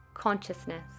Consciousness